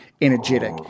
energetic